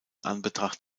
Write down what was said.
anbetracht